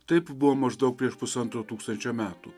taip buvo maždaug prieš pusantro tūkstančio metų